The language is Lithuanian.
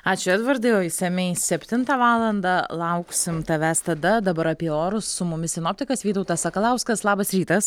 ačiū edvardai o išsamiai septintą valandą lauksim tavęs tada dabar apie orus su mumis sinoptikas vytautas sakalauskas labas rytas